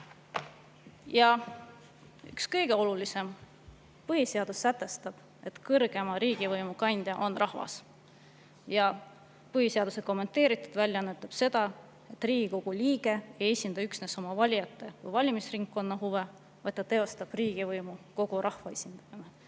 Mis kõige olulisem: põhiseadus sätestab, et kõrgeima riigivõimu kandja on rahvas. Ja põhiseaduse kommenteeritud väljaanne ütleb seda, et Riigikogu liige ei esinda üksnes oma valijate, oma valimisringkonna huve, vaid teostab riigivõimu kogu rahva esindajana.